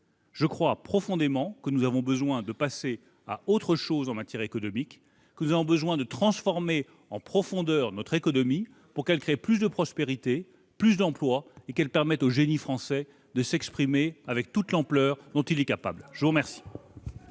Je crois profondément que nous avons besoin de passer à autre chose en matière économique. Il nous faut transformer en profondeur notre économie pour qu'elle crée plus de prospérité, plus d'emplois et qu'elle permette au génie français de s'exprimer avec toute l'ampleur dont il est capable. Ce n'était